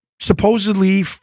supposedly